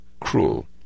cruel